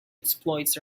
exploits